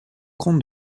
compte